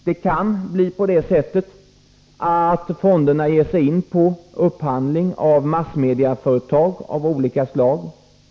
Det kan bli så att fonderna ger sig in på upphandling av massmedieföretag av olika slag —t.ex.